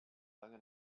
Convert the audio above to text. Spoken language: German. lange